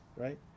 right